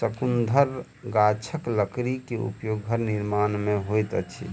शंकुधर गाछक लकड़ी के उपयोग घर निर्माण में होइत अछि